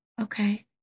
okay